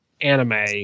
anime